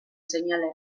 seinale